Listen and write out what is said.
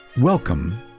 Welcome